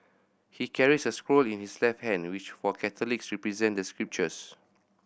he carries a scroll in his left hand which for Catholics represent the scriptures